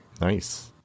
Nice